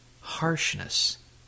harshness